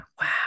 wow